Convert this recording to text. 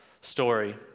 story